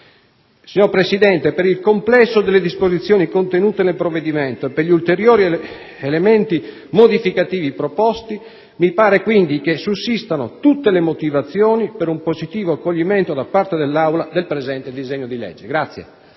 Signor Presidente, per il complesso delle disposizioni contenute nel provvedimento e per gli ulteriori elementi modificativi proposti, mi pare quindi che sussistano tutte le motivazioni perché vi sia un positivo accoglimento da parte dell'Aula del presente disegno di legge.